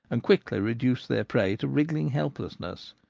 and quickly reduce their prey to wriggling helplessness.